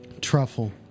Truffle